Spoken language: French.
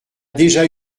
déjà